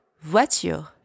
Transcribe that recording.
voiture